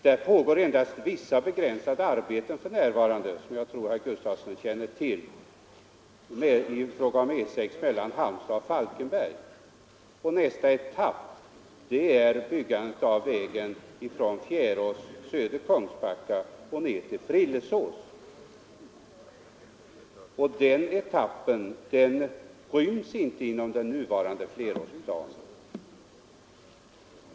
Där pågår för närvarande endast vissa begränsade arbeten som jag tror herr Gustafson i Göteborg känner till och som gäller sträckan mellan Halmstad och Falkenberg. Nästa etapp blir en utbyggnad av E6 sträckan Fjärås söder om Kungsbacka ned till Frillesås. Den etappen ryms inte inom nuvarande flerårsplan.